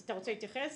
אתה רוצה להתייחס?